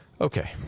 Okay